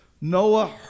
Noah